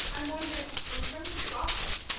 i'm wondering in terms of process,